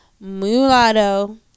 Mulatto